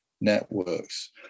networks